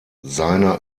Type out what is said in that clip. seine